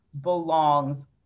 belongs